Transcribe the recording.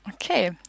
Okay